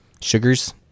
sugars